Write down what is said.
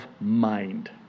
mind